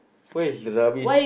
where is rubbish